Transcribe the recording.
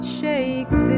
shakes